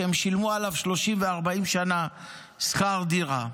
שהם שילמו עליו 30 ו-40 שנה שכר דירה.